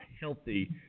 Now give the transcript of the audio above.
healthy